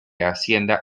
hacienda